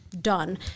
done